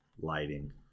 Lighting